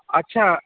আচ্ছা